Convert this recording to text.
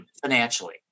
financially